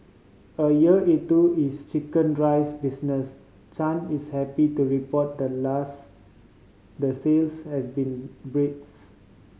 a year into his chicken rice business Chan is happy to report the last the sales has been breaks